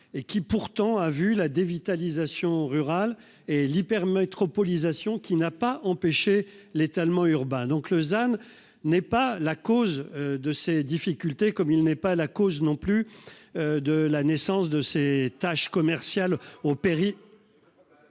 et qui pourtant a vu la dévitalisation rural et l'hyper métropolisation qui n'a pas empêché l'étalement urbain donc Lausanne n'est pas la cause de ces difficultés. Comme il n'est pas la cause non plus. De la naissance de ses tâches commerciales au péri.